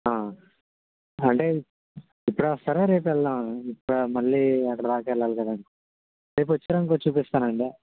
అంటే ఇప్పుడే వస్తారా రేపు వెళ్దామా మళ్ళీ అక్కడి దాకా వెళ్ళాలి కదా అని రేపు వచ్చారనుకో చూపిస్తానండి